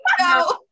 no